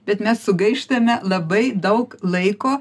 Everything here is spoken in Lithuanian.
bet mes sugaištame labai daug laiko